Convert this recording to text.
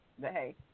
hey